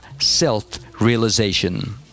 self-realization